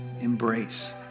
embrace